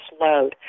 load